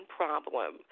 problem